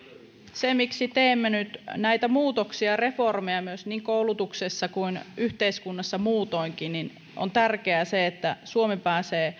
siksi teemme nyt näitä muutoksia ja reformeja niin koulutuksessa kuin yhteiskunnassa muutoinkin että on tärkeää se että suomi pääsee